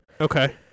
Okay